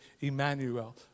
Emmanuel